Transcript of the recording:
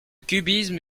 cubisme